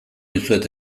dizuet